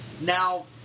now